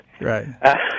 Right